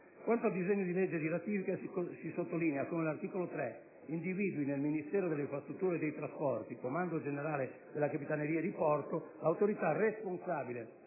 Quanto al disegno di legge di ratifica, segnalo come l'articolo 3 individui nel Ministero delle infrastrutture e dei trasporti - Comando generale del Corpo delle capitanerie di porto, l'autorità responsabile